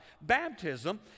Baptism